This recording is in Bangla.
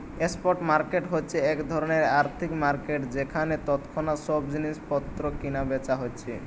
স্পট মার্কেট হচ্ছে এক ধরণের আর্থিক মার্কেট যেখানে তৎক্ষণাৎ সব জিনিস পত্র কিনা বেচা হচ্ছে